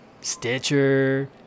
Stitcher